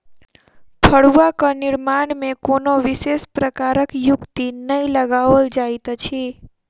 फड़ुआक निर्माण मे कोनो विशेष प्रकारक युक्ति नै लगाओल जाइत अछि